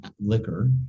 liquor